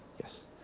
yes